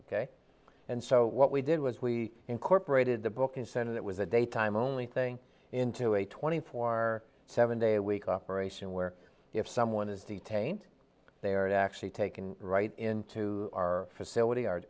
ok and so what we did was we incorporated the book and said it was a daytime only thing into a twenty four seven day a week operation where if someone is detained they are actually taken right into our facility